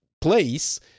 place